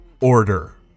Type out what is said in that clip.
order